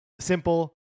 Simple